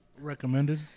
Recommended